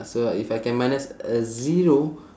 so if I can minus a zero